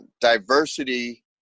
diversity